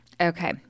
Okay